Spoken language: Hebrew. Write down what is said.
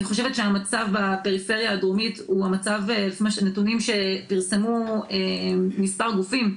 אני חושבת שהמצב בפריפריה הדרומית לפי נתונים שפרסמו מספר גופים,